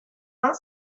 not